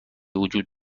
وجود